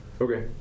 Okay